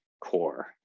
core